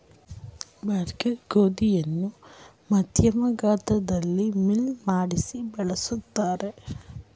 bulgur ಗೋಧಿಯನ್ನು ಮಧ್ಯಮ ಗಾತ್ರದಲ್ಲಿ ಮಿಲ್ಲು ಮಾಡಿಸಿ ಬಳ್ಸತ್ತರೆ